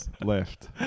left